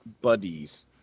buddies